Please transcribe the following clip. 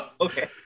Okay